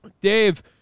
Dave